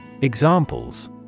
Examples